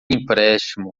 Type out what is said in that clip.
empréstimo